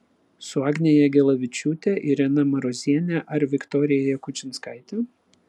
su agne jagelavičiūte irena maroziene ar viktorija jakučinskaite